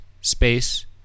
space